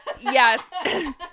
yes